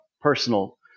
personal